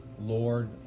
Lord